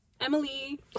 Emily